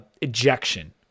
ejection